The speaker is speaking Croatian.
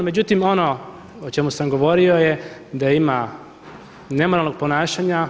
Međutim, ono o čemu sam govorio je da ima nemoralnog ponašanja.